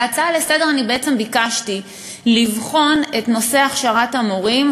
בהצעה לסדר-היום אני בעצם ביקשתי לבחון את נושא הכשרת המורים,